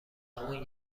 اون